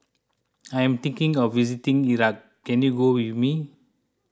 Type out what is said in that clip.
I am thinking of visiting Iraq can you go with me